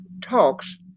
talks